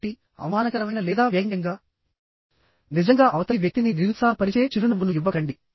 కాబట్టి అవమానకరమైన లేదా వ్యంగ్యంగా నిజంగా అవతలి వ్యక్తిని నిరుత్సాహపరిచే చిరునవ్వు ను ఇవ్వకండి